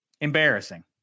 Embarrassing